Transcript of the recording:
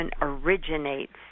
originates